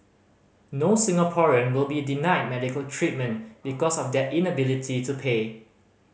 no Singaporean will be denied medical treatment because of their inability to pay